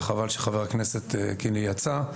וחבל שחה"כ קינלי יצא.